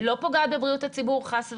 לא פוגעת בבריאות הציבור, חס וחלילה,